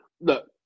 Look